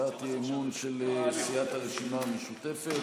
הצעת אי-אמון של סיעת הרשימה המשותפת,